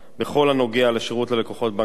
בכל הנוגע לשירות ללקוחות בנק הדואר,